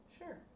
Sure